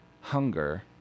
hunger